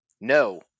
no